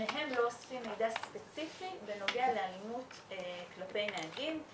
שניהם לא אוספים מידע ספציפי בנוגע לאלימות כלפי נהגים.